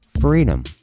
freedom